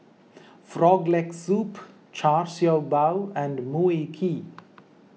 Frog Leg Soup Char Siew Bao and Mui Kee